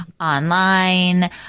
online